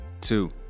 two